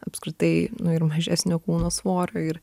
apskritai nu ir mažesnio kūno svorio ir